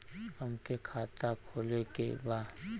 हमके खाता खोले के बा?